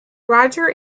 roger